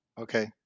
Okay